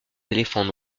éléphants